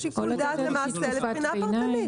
יש שיקול דעת למעשה לבחינה פרטנית.